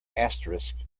asterisk